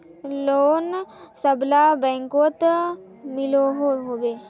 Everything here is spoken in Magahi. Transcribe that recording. लोन सबला बैंकोत मिलोहो होबे?